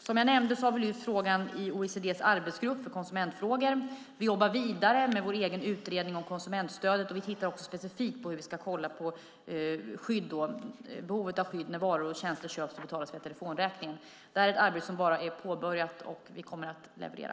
Som jag nämnde har vi lyft fram frågan i OECD:s arbetsgrupp för konsumentfrågor. Vi jobbar vidare med vår egen utredning om konsumentstödet. Vi tittar också specifikt på behovet av skydd när varor och tjänster köps och betalas via telefonräkningen. Det är ett arbete som bara är påbörjat. Vi kommer att leverera.